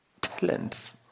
talents